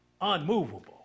unmovable